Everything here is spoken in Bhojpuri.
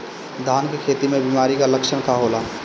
धान के खेती में बिमारी का लक्षण का होला?